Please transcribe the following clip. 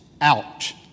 out